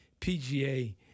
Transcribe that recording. PGA